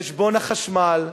חשבון החשמל,